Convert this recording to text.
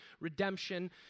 Redemption